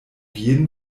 jeden